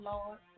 Lord